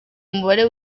umubare